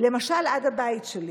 למשל עד הבית שלי,